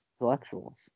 intellectuals